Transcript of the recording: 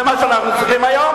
זה מה שאנחנו צריכים היום?